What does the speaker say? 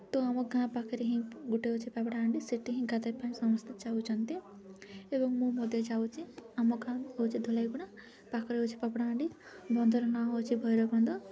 ତ ଆମ ଗାଁ ପାଖରେ ହିଁ ଗୋଟେ ଅଛି ପାପଡ଼ାହାଣ୍ଡି ସେଇଠି ହିଁ ଗାଧୋଇ ପାଇଁ ସମସ୍ତେ ଚାହୁଁଛନ୍ତି ଏବଂ ମୁଁ ମଧ୍ୟ ଚାହୁଁଛି ଆମ ଗାଁ ହେଉଛି ଧଲାଇଗୁଡ଼ା ପାଖରେ ଅଛି ପାପଡ଼ାହାଣ୍ଡି ବନ୍ଧର ନାଁ ହେଉଛି ଭୈରବ ବନ୍ଧ